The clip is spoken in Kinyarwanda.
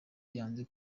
yanze